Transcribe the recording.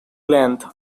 length